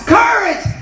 courage